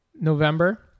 November